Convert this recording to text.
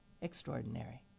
Extraordinary